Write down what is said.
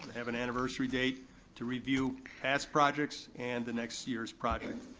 have an anniversary date to review past projects and the next year's project.